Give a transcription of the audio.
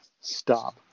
Stop